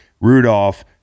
Rudolph